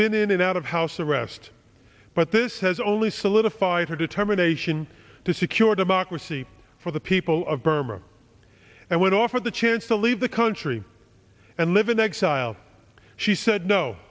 been in and out of house arrest but this has only solidified her determination to secure democracy for the people of burma and when offered the chance to leave the country and live in exile she said no